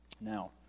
Now